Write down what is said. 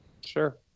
Sure